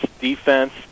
defense